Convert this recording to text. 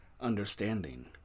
understanding